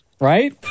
right